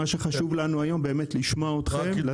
חשוב לנו היום לשמוע אתכם.